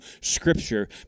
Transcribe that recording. Scripture